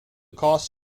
cost